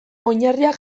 oinarriak